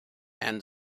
and